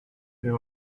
here